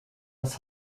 das